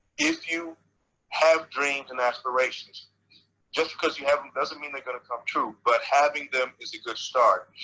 if you have dreams and aspirations just because you have them doesn't mean they're gonna come true. but having them is a good start,